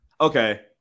Okay